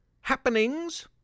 happenings